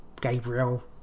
Gabriel